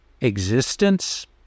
existence